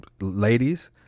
ladies